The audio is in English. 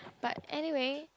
but anyway